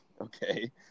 okay